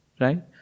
Right